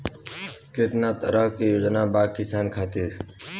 केतना तरह के योजना बा किसान खातिर?